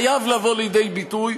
חייב לבוא לידי ביטוי